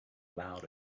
loud